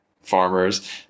farmers